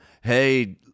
Hey